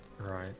Right